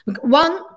One